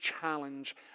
challenge